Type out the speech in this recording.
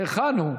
היכן הוא?